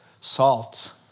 salt